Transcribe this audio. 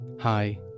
Hi